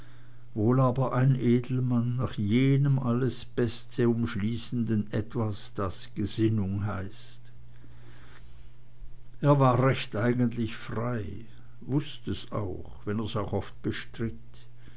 wohl aber ein edelmann nach jenem alles beste umschließenden etwas das gesinnung heißt er war recht eigentlich frei wußt es auch wenn er's auch oft bestritt